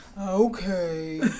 Okay